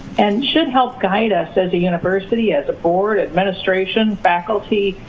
and should help guide us, as a university, as a board, administration, faculty,